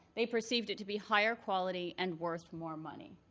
they perceived it to be higher quality and worth more money.